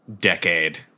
decade